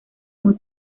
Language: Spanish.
muy